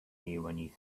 you